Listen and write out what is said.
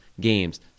games